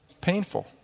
painful